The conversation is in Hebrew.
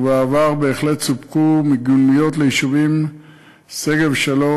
ובעבר בהחלט סופקו מיגוניות ליישובים שגב-שלום,